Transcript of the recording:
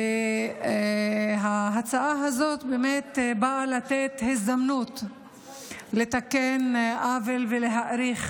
ההצעה הזאת באה לתת הזדמנות לתקן עוול ולהאריך